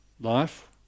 life